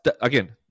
again